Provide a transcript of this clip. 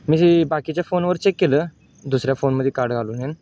मी ती बाकीच्या फोनवर चेक केलं दुसऱ्या फोनमध्ये कार्ड घालून हेन